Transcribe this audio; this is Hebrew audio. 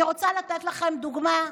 אני רוצה לתת לכם דוגמה.